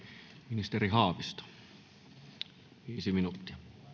ministeri haavisto viisi minuuttia